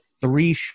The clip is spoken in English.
three